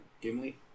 Gimli